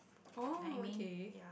oh okay